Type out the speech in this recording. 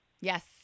Yes